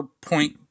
point